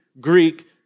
Greek